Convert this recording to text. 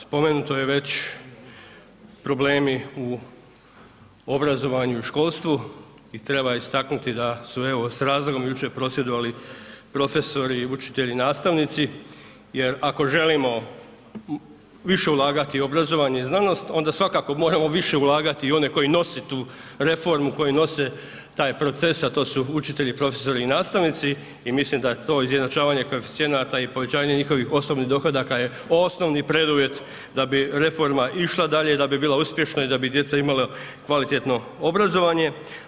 Spomenuto je već problemi u obrazovanju i školstvu i treba istaknuti da su evo s razlogom jučer prosvjedovali profesori, učitelji i nastavnici jer ako želimo više ulagati u obrazovanje i znanost onda svakako moramo više ulagati u one koji nose tu reformu, koji nose taj proces, a to su učitelji, profesori i nastavnici i mislim da to izjednačavanje koeficijenata i povećanje njihovih osobnih dohodaka je osnovni preduvjet da bi reforma išla dalje i da bi bila uspješna i da bi djeca imala kvalitetno obrazovanje.